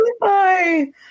Bye